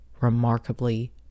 remarkably